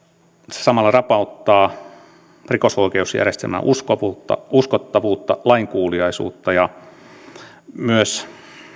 samalla se rapauttaa rikosoikeusjärjestelmän uskottavuutta uskottavuutta lainkuuliaisuutta ja myös